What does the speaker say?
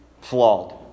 flawed